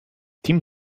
tim